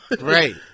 right